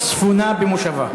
ספונה במושבה.